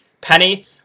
Penny